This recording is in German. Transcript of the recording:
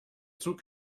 zug